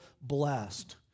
blessed